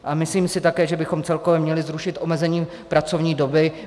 A myslím si také, že bychom celkově měli zrušit omezení pracovní doby.